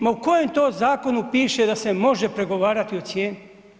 Ma u kojem to zakonu piše da se može pregovarati o cijeni?